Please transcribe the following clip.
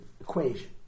equation